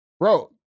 Bro